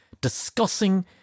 discussing